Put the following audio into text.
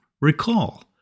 recall